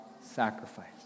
sacrifice